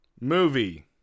movie